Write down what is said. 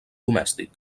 domèstic